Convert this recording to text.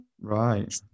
right